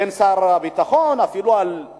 בין שר הביטחון לבין ראש הממשלה,